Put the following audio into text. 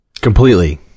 Completely